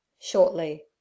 Shortly